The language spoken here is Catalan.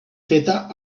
feta